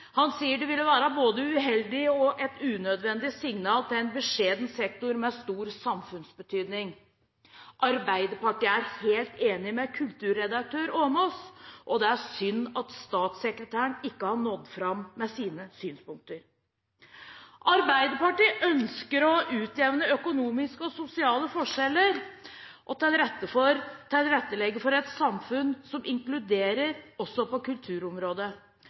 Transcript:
unødvendig signal i en liten og beskjeden sektor med stor samfunnsbetydning.» Arbeiderpartiet er helt enig med kulturredaktør Åmås – og det er synd at statssekretæren ikke har nådd fram med sine synspunkter. Arbeiderpartiet ønsker å utjevne økonomiske og sosiale forskjeller og tilrettelegge for et samfunn som inkluderer, også på kulturområdet.